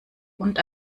und